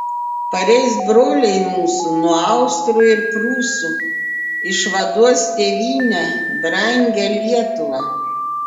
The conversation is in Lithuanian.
pareis broliai mūsų nuo austrų ir prūsų išvaduos tėvynę brangią lietuvą